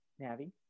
navi